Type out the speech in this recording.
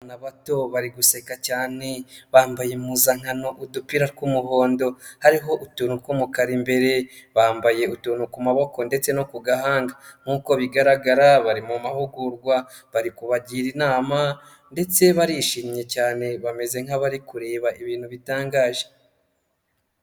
Abana bato bari guseka cyane, bambaye impuzankano. Udupira tw'umuhondo hariho utuntu tw'umukara mbere, bambaye utuntu ku maboko ndetse no ku gahanga. Nk'uko bigaragara bari mu mahugurwa, bari kubagira inama ndetse barishimye cyane bameze nk'abari kureba ibintu bitangaje.